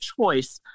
choice